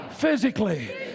physically